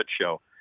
Show